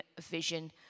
vision